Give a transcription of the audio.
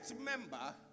member